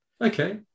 Okay